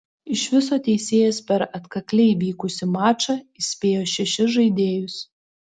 iš viso teisėjas per atkakliai vykusį mačą įspėjo šešis žaidėjus